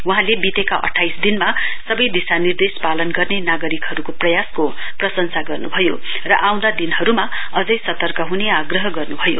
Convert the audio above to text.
वहाँले वितेका अठाइस दिनमा सबै दिशानिर्देश पालन गर्ने नागरिकहरूको प्रयासको प्रशंसा गर्नुभयो र आँउदा दिनहरूमा अझै सतर्क हुने आग्रह गर्नुभयो